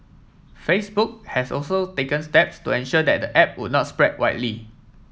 Facebook has also taken steps to ensure that the app would not spread widely